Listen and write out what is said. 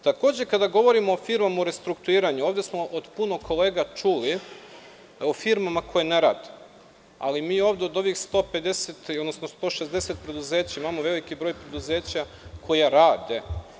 Takođe, kada govorimo o firmama u restrukturiranju, ovde smo od puno kolega čuli o firmama koje ne rade, ali mi ovde od ovih 150, odnosno 160 preduzeća imamo veliki broj preduzeća koja rade.